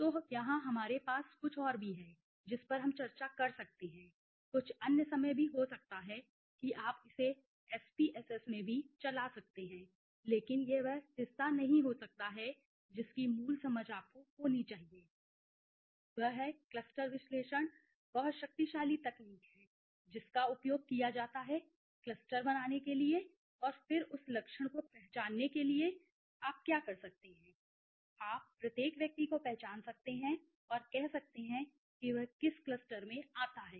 तो यहाँ हमारे पास कुछ और भी हैं जिस पर हम चर्चा कर सकते हैं कुछ अन्य समय भी हो सकता है कि आप इसे एसपीएसएस में भी चला सकते हैं लेकिन यह वह हिस्सा नहीं हो सकता है जिसकी मूल समझ आपको होनी चाहिए वह है क्लस्टर विश्लेषण बहुत शक्तिशाली तकनीक है जिसका उपयोग किया जाता है क्लस्टर बनाने के लिए और फिर उस लक्षण को पहचानें कि आप क्या कर सकते हैं आप प्रत्येक व्यक्ति को पहचान सकते हैं और कह सकते हैं कि वह किस क्लस्टर में आता है